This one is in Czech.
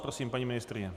Prosím, paní ministryně.